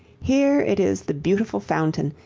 here it is the beautiful fountain,